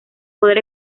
poder